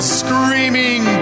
screaming